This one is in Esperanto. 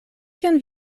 kion